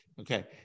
Okay